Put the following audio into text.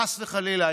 חס וחלילה,